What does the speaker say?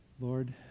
Lord